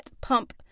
pump